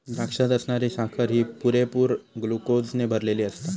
द्राक्षात असणारी साखर ही पुरेपूर ग्लुकोजने भरलली आसता